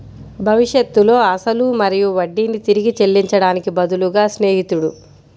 భవిష్యత్తులో అసలు మరియు వడ్డీని తిరిగి చెల్లించడానికి బదులుగా స్నేహితుడు